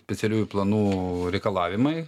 specialiųjų planų reikalavimai